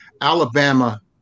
Alabama